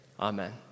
Amen